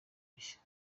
bishya